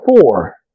four